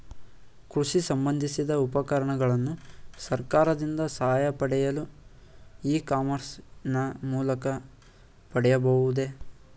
ಕೃಷಿ ಸಂಬಂದಿಸಿದ ಉಪಕರಣಗಳನ್ನು ಸರ್ಕಾರದಿಂದ ಸಹಾಯ ಪಡೆಯಲು ಇ ಕಾಮರ್ಸ್ ನ ಮೂಲಕ ಪಡೆಯಬಹುದೇ?